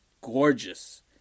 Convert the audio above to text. gorgeous